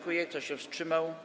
Kto się wstrzymał?